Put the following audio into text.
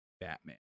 Batman